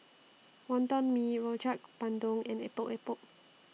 Wonton Mee Rojak Bandung and Epok Epok